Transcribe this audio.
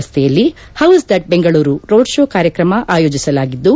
ರಸ್ತೆಯಲ್ಲಿ ಪೌಸ್ ದಚ್ ಬೆಂಗಳೂರು ರೋಡ್ ಶೋ ಕಾರ್ಯಕ್ರಮ ಆಯೋಜಿಸಲಾಗಿದ್ದು